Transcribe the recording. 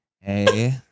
Hey